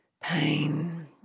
pain